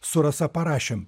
su rasa parašėm